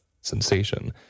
sensation